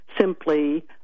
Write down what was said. simply